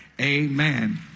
amen